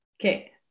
okay